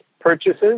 purchases